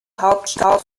hauptstadt